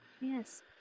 Yes